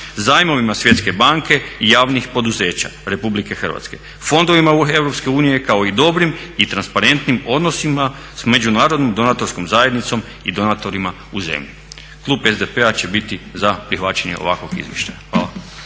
zajmovima Svjetske banke i javnih poduzeća Republike Hrvatske, fondovima EU kao i dobrim i transparentnim odnosima s međunarodnom donatorskom zajednicom i donatorima u zemlji. Klub SDP-a će biti za prihvaćanje ovakvog izvještaja. Hvala.